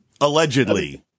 Allegedly